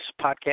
podcast